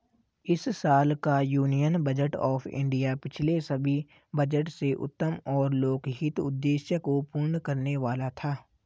इस साल का यूनियन बजट ऑफ़ इंडिया पिछले सभी बजट से उत्तम और लोकहित उद्देश्य को पूर्ण करने वाला था